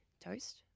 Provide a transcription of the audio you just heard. Toast